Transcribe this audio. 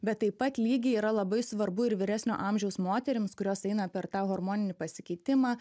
bet taip pat lygiai yra labai svarbu ir vyresnio amžiaus moterims kurios eina per tą hormoninį pasikeitimą